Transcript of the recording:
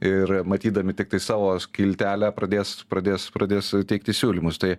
ir matydami tiktai savo skiltelę pradės pradės pradės teikti siūlymus tai